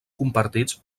compartits